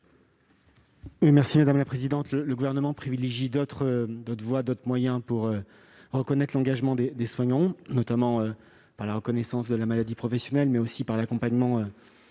l'avis du Gouvernement ? Le Gouvernement privilégie d'autres voies, d'autres moyens pour reconnaître l'engagement des soignants, notamment la reconnaissance de la maladie professionnelle, mais aussi l'accompagnement